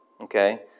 Okay